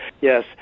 Yes